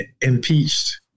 impeached